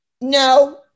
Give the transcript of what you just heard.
no